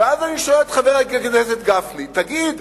ואז אני שואל את חבר הכנסת גפני: תגיד,